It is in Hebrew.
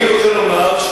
אתה שומע מה שאתה אומר?